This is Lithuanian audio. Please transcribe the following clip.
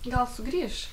gal sugrįš